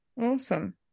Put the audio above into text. Awesome